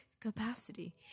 capacity